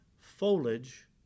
Foliage